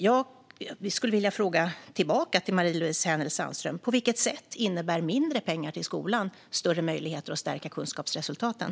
Jag skulle vilja ställa frågan tillbaka till Marie-Louise Hänel Sandström: På vilket sätt innebär mindre pengar till skolan större möjligheter att stärka kunskapsresultaten?